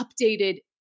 updated